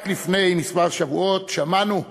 רק לפני כמה שבועות שמענו,